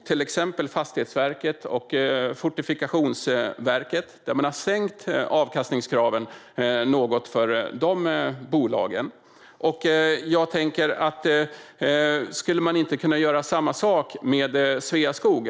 För till exempel Fastighetsverket och Fortifikationsverket har avkastningskraven sänkts något. Kan inte samma sak göras med Sveaskog?